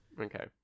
Okay